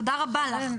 תודה רבה לך.